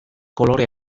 kolore